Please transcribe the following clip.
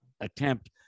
attempt